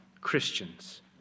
Christians